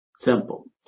Simple